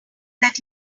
that